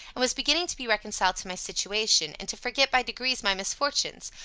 and was beginning to be reconciled to my situation, and to forget by degrees my misfortunes,